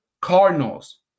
Cardinals